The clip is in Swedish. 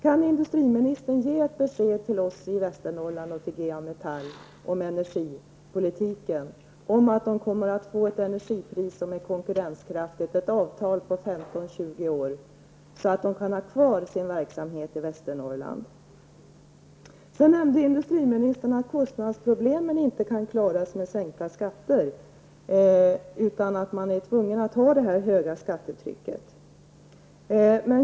Kan industriministern ge oss och GA Metall i Västernorrland ett besked om energipolitiken? Går det att träffa ett avtal på 15-- GA Metall kan fortsätta att bedriva sin verksamhet? Industriministern sade att kostnadsproblemen inte kan lösas med sänkta skatter, utan man är tvungen att ha ett högt skattetryck.